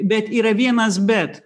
bet yra vienas bet